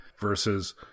versus